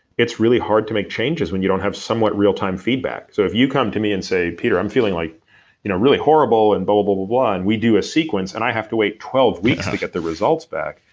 it's really hard to make changes when you don't have somewhat real time feedback. so if you come to me and say, peter, i'm feeling like you know really horrible and but but we do a sequence, and i have to wait twelve weeks to get the results back,